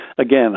Again